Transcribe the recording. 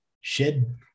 shed